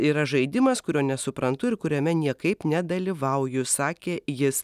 yra žaidimas kurio nesuprantu ir kuriame niekaip nedalyvauju sakė jis